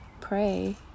pray